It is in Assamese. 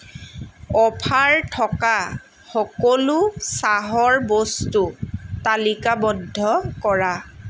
অফাৰ থকা সকলো চাহৰ বস্তু তালিকাবদ্ধ কৰা